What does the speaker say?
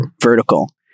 vertical